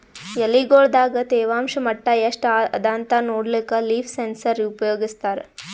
ಎಲಿಗೊಳ್ ದಾಗ ತೇವಾಂಷ್ ಮಟ್ಟಾ ಎಷ್ಟ್ ಅದಾಂತ ನೋಡ್ಲಕ್ಕ ಲೀಫ್ ಸೆನ್ಸರ್ ಉಪಯೋಗಸ್ತಾರ